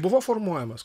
buvo formuojamas